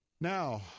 Now